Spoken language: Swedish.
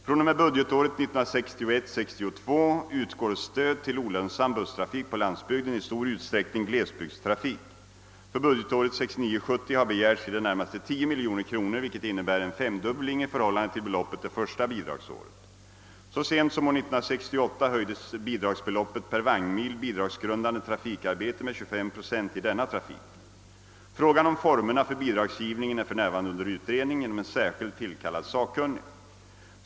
fr.o.m. budgetåret 1961 70 har begärts i det närmaste 10 miljoner kronor, vilket innebär en femdubbling i förhållande till beloppet det första bidragsåret. Så sent som år 1968 höjdes bidragsbeloppet per vagnmil bidragsgrundande trafikarbete med 25 procent i denna trafik. Frågan om formerna för bidragsgivningen är för närvarande under utredning genom en särskilt tillkallad sakkunnig.